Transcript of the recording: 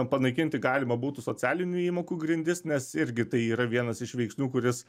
panaikinti galima būtų socialinių įmokų grindis nes irgi tai yra vienas iš veiksnių kuris